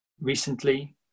recently